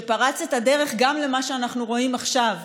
שפרץ את הדרך גם למה שאנחנו רואים עכשיו.